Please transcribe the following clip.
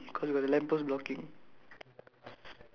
then the right one cannot see cause got the lamp post blocking